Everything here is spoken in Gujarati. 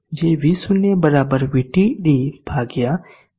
જે V0 VT d ભાગ્યા 1 - d આપશે